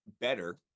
better